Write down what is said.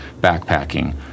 backpacking